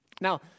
Now